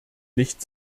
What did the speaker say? nicht